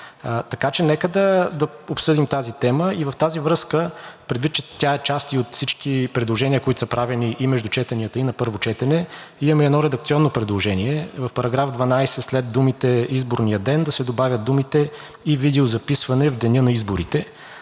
Така че нека да обсъдим тази тема. В тази връзка, предвид, че тя е част и от всички предложения, които са правени и между четенията, и на първо четене, имаме едно редакционно предложение – в § 12 след думите „изборния ден“ да се добавят думите „и видеозаписване в деня на изборите“,